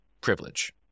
privilege